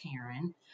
Karen